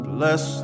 Bless